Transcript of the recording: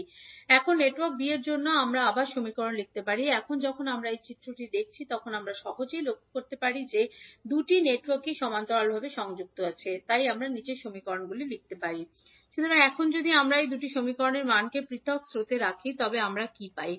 𝐈1𝒂 𝐲11𝒂𝐕1𝒂 𝐲12𝒂𝐕2𝒂 𝐈2𝒂 𝐲21𝒂𝐕1𝒂 𝐲22𝒂𝐕2𝒂 এখন network b জন্য আমরা আবার সমীকরণ লিখতে পারি 𝐈1𝒃 𝐲11𝒃𝐕1𝒃 𝐲12𝒃𝐕2𝒃 𝐈2𝒃 𝐲21𝒃𝐕1𝒃 𝐲22𝒃𝐕2𝒃 এখন যখন আমরা চিত্রটি দেখি তখন আমরা সহজেই লক্ষ্য করতে পারি যে যেহেতু দুটি নেটওয়ার্কই সমান্তরালভাবে সংযুক্ত রয়েছে তাই আমরা বলতে পারি 𝐕1 𝐕1𝑎 𝐕1𝑏 𝐕2 𝐕2𝑎 𝐕2𝑏 𝐈1 𝐈1𝑎 𝐈1𝑏 𝐈2 𝐈2𝑎 𝐈2𝑏 সুতরাং এখন যদি আমরা এই 2 সমীকরণের মানগুলিকে পৃথক স্রোত রাখি তবে আমরা কী পাই